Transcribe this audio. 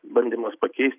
bandymas pakeist